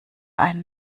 einen